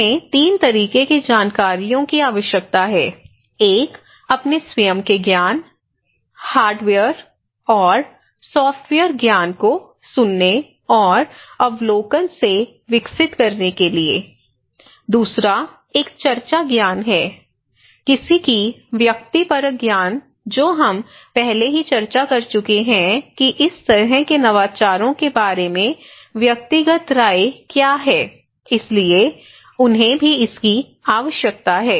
उन्हें 3 तरह के जानकारियों की आवश्यकता है एक अपने स्वयं के ज्ञान हार्डवेयर और सॉफ़्टवेयर ज्ञान को सुनने और अवलोकन से विकसित करने के लिए दूसरा एक चर्चा ज्ञान है किसी का व्यक्तिपरक ज्ञान जो हम पहले ही चर्चा कर चुके हैं कि इस तरह के नवाचारों के बारे में व्यक्तिगत राय क्या है इसलिए उन्हें भी इसकी आवश्यकता है